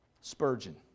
Spurgeon